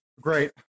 Great